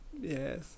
yes